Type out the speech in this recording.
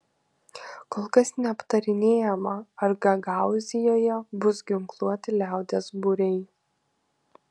kol kas neaptarinėjama ar gagaūzijoje bus ginkluoti liaudies būriai